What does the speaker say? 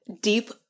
deep